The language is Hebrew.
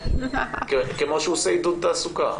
שהוא עושה עידוד תעסוקה.